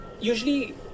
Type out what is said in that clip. usually